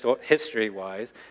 history-wise